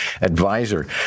advisor